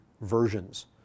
versions